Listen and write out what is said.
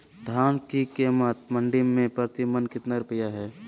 धान के कीमत मंडी में प्रति मन कितना रुपया हाय?